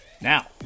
Now